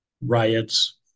riots